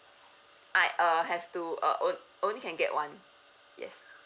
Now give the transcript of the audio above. I uh have to uh on~ only can get one yes